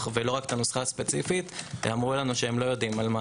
ולא רק הנוסחה הספציפית והם אמרו לנו שלא יודעים.